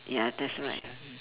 ya that's right mm